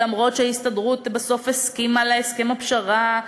למרות שההסתדרות בסוף הסכימה להסכם הפשרה,